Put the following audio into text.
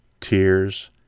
tears